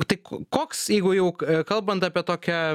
tai k koks jeigu jau k kalbant apie tokią